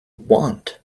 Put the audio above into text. want